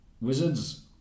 wizards